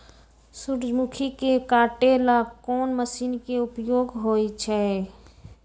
सूर्यमुखी के काटे ला कोंन मशीन के उपयोग होई छइ?